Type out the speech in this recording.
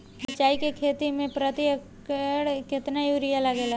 मिरचाई के खेती मे प्रति एकड़ केतना यूरिया लागे ला?